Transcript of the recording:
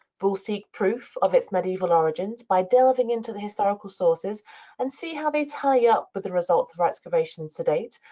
we'll seek proof of its medieval origins by delving into the historical sources and see how they tally up with the results of our excavations to date.